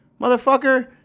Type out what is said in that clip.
Motherfucker